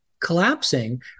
collapsing